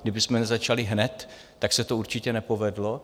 Kdybychom nezačali hned, tak se to určitě nepovedlo.